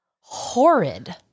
horrid